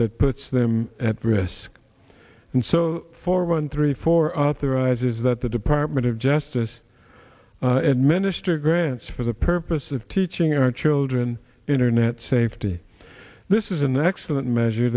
that puts them at risk and so for one three four authorizes that the department of justice minister grants for the purpose of teaching our children internet safety this is an excellent measure